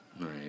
right